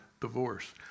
divorce